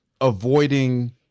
avoiding